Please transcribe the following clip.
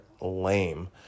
lame